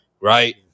right